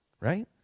right